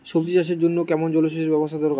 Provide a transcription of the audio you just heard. সবজি চাষের জন্য কেমন জলসেচের ব্যাবস্থা দরকার?